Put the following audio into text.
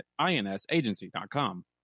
INSAgency.com